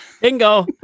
Bingo